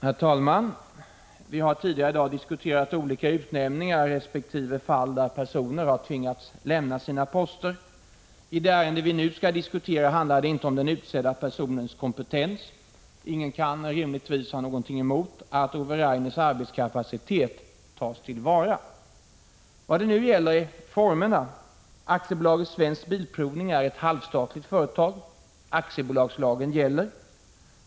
Herr talman! Vi har tidigare i dag diskuterat olika utnämningar resp. fall där personer har tvingats lämna sina poster. I det ärende vi nu skall diskutera handlar det inte om den utsedda personens kompetens. Ingen kan rimligen ha något emot att Ove Rainers arbetskapacitet tas till vara. Vad det nu gäller är formerna. AB Svensk Bilprovning är ett halvstatligt företag. Aktiebolagslagen gäller.